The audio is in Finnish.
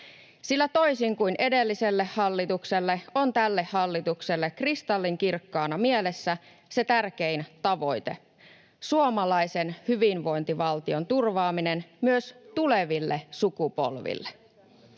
Sillä toisin kuin edelliselle hallitukselle, on tälle hallitukselle kristallinkirkkaana mielessä se tärkein tavoite: suomalaisen hyvinvointivaltion turvaaminen myös tuleville sukupolville.